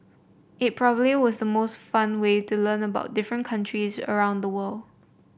it probably was the most fun way to learn about different countries around the world